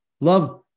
Love